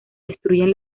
destruyen